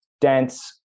dense